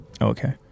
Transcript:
Okay